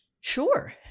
Sure